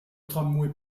tramway